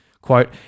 Quote